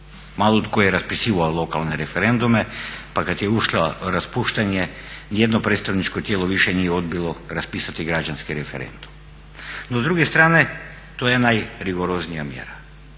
malo tko je raspisivao lokalne referendum pa kad je ušla raspuštanje nijedno predstavničko tijelo više nije odbilo raspisati građanski referendum. No s druge strane, to je najrigoroznija mjera.